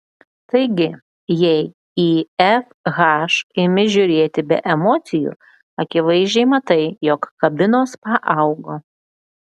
taigi jei į fh imi žiūrėti be emocijų akivaizdžiai matai jog kabinos paaugo